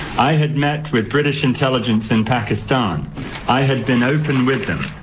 i had met with british intelligence in pakistan i had been open with them,